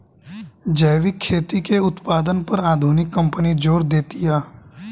जैविक खेती के उत्पादन पर आधुनिक कंपनी जोर देतिया